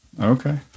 Okay